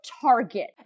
target